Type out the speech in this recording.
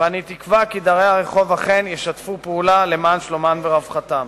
ואני מקווה כי דרי הרחוב אכן ישתפו פעולה למען שלומם ורווחתם.